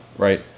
right